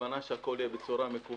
הכוונה שהכול יהיה בצורה מקוונת.